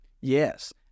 Yes